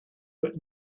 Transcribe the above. put